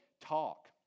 talk